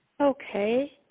Okay